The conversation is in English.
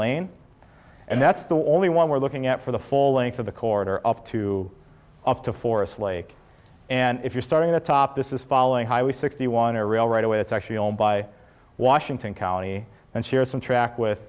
lane and that's the only one we're looking at for the full length of the corridor up to up to forest lake and if you're starting a top this is falling highway sixty one are real right away it's actually owned by washington county and here's some track with